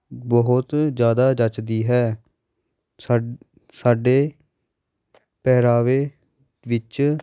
ਬਹੁਤ ਜ਼ਿਆਦਾ ਜੱਚਦੀ ਹੈ ਸਾਡ ਸਾਡੇ ਪਹਿਰਾਵੇ ਵਿੱਚ